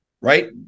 right